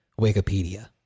Wikipedia